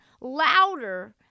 louder